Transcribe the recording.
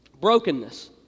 brokenness